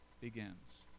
begins